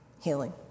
healing